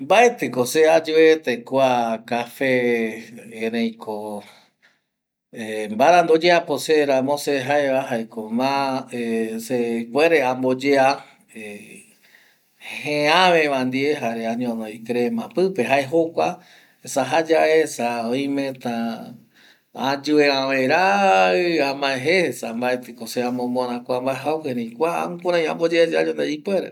Mbaetɨ ko se ayuete kua café, erei ko mbarandu oyeapo se ramo se jae va, jaeko se ma se ipuere amboyea jëë ävë va ndie, jare añono vi crema pɨpe jae jokua, esa jayae esa oimeta ayue ävë raɨ ame jeje; esa mbaetɨ ko se amomora kua mbae jau, erei kua jukurai amboyea yea añono ye ipuere.